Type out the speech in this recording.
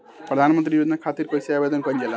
प्रधानमंत्री योजना खातिर कइसे आवेदन कइल जाला?